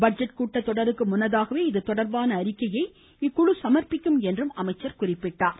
budget கூட்டத் தொடருக்கு முன்னதாகவே இது தொடர்பான அறிக்கையை இக்குழு சமர்ப்பிக்கும் என்றும் அவர் குறிப்பிட்டார்